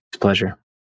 pleasure